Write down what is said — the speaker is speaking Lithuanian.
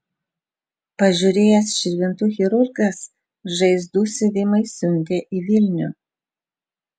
pažiūrėjęs širvintų chirurgas žaizdų siuvimui siuntė į vilnių